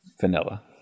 Vanilla